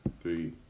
Three